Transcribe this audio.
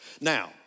Now